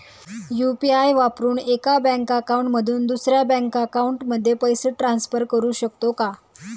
UPI वापरून एका bank account मधून दुसऱ्या बँक अकाउंटमध्ये पैसे ट्रान्सफर करू शकतो का?